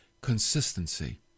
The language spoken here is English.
Consistency